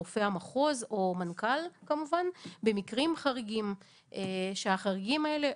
רופא המחוז או מנכ"ל כמובן במקרים חריגים כשהחריגים האלה,